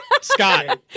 Scott